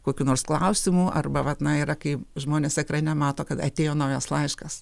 kokiu nors klausimu arba vat na yra kai žmonės ekrane mato kad atėjo naujas laiškas